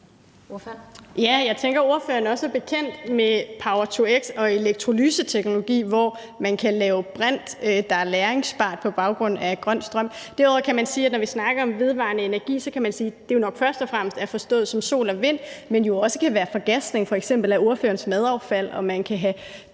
Jeg tænker, at ordføreren også er bekendt med power-to-x og elektrolyseteknologi, hvor man kan lave brint, der er lagringsbart på baggrund af grøn strøm. Når vi snakker om vedvarende energi, kan man sige, at det jo nok først og fremmest er forstået som sol og vind, men jo også kan være fra gas, f.eks. fra ordførerens madaffald, og man kan have